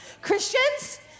Christians